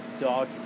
dog